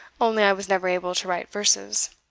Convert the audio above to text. only i was never able to write verses.